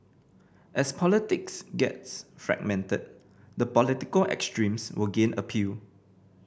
as politics gets fragmented the political extremes will gain appeal